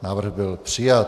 Návrh byl přijat.